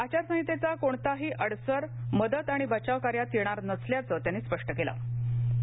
आचार संहितघ्या कोणताही अडसर मदत आणि बचाव कार्यात येगोर नसल्याचं त्यांनी स्पष्ट कलि